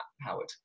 Howard